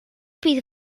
bydd